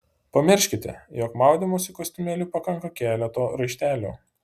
pamirškite jog maudymosi kostiumėliui pakanka keleto raištelių